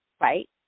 right